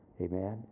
Amen